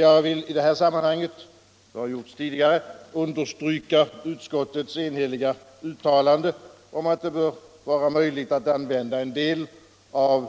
Jag vill i detta sammanhang — det har gjorts tidigare — understryka utskottets enhälliga uttalande om att det bör vara möjligt att använda en del av